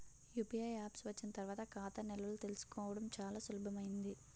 UPI apps వచ్చిన తర్వాత ఖాతా నిల్వలు తెలుసుకోవడం చాలా సులభమైంది